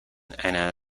and